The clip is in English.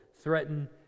threaten